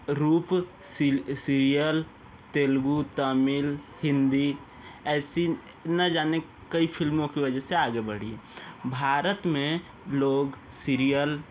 रूप सीरियल तेलुगु तमिल हिंदी ऐसी ना जाने कई फ़िल्मों की वजह से आगे बड़ी है भारत में लोग सीरियल